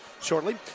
shortly